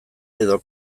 edo